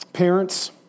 Parents